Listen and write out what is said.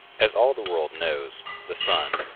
as all the world knows, the sun,